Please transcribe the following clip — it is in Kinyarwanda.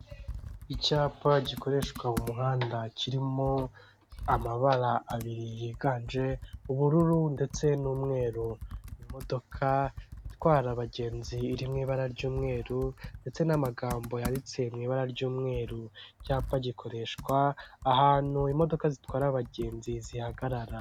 Icyapa gikoreshwa mu muhanda kirimo amabara abiri yiganje ubururu ndetse n'umweru, imodoka itwara abagenzi iri mu ibara ry'umweru ndetse n'amagambo yanditse mu ibara ry'umweru, icyapa gikoreshwa ahantu imodoka zitwara abagenzi zihagarara.